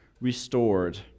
restored